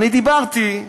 אני דיברתי,